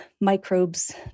microbes